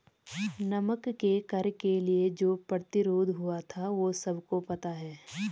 नमक के कर के लिए जो प्रतिरोध हुआ था वो सबको पता है